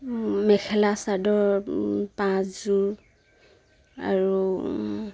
মেখেলা চাদৰ পাঁচযোৰ আৰু